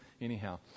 Anyhow